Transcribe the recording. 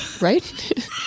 right